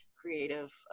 creative